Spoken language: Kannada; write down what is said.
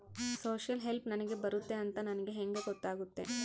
ಸೋಶಿಯಲ್ ಹೆಲ್ಪ್ ನನಗೆ ಬರುತ್ತೆ ಅಂತ ನನಗೆ ಹೆಂಗ ಗೊತ್ತಾಗುತ್ತೆ?